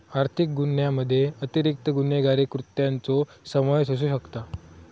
आर्थिक गुन्ह्यामध्ये अतिरिक्त गुन्हेगारी कृत्यांचो समावेश असू शकता